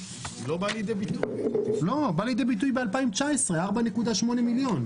היא באה לידי ביטוי ב-2019, 4.8 מיליון.